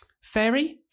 fairy